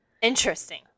Interesting